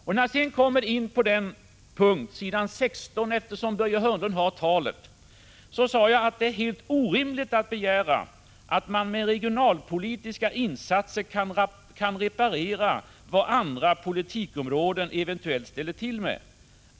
När jag sedan kom in på den punkt som Börje Hörnlund berörde — på s. 16, eftersom Börje Hörnlund har tillgång till talet — sade jag: ”Det är helt orimligt att begära att man med regionalpolitiska insatser kan reparera vad andra politikområden eventuellt ställer till med.